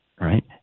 Right